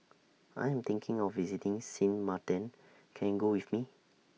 I Am thinking of visiting Sint Maarten Can YOU Go with Me